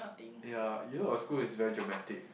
ya you know our school is very dramatic